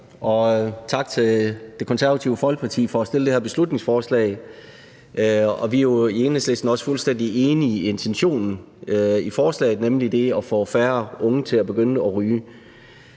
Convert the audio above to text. Og tak til Det Konservative Folkeparti for at fremsætte det her beslutningsforslag. Vi er jo i Enhedslisten også fuldstændig enige i intentionen med forslaget, nemlig at få færre unge til at begynde at ryge.